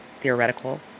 theoretical